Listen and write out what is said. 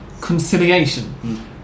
conciliation